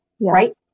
right